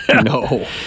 No